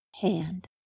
hand